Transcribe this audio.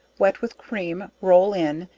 wet with cream roll in,